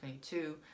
2022